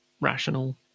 rational